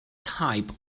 type